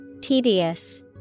Tedious